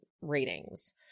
ratings